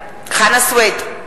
בעד חנא סוייד,